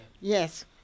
yes